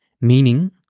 Meaning